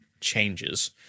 changes